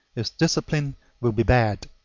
its discipline will be bad.